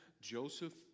Joseph